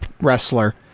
wrestler